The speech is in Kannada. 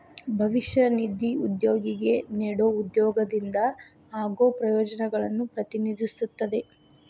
ಭವಿಷ್ಯ ನಿಧಿ ಉದ್ಯೋಗಿಗೆ ನೇಡೊ ಉದ್ಯೋಗದಿಂದ ಆಗೋ ಪ್ರಯೋಜನಗಳನ್ನು ಪ್ರತಿನಿಧಿಸುತ್ತದೆ